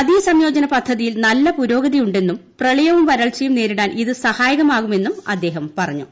നദീ സംയോജന പദ്ധതിയിൽ നല്ല പുരോഗതിയുണ്ടെന്നും പ്രളയവും വരൾച്ചയും നേരിടാൻ ഇത് സഹായകമാകുമെന്നും അദ്ദേഹം പറഞ്ഞു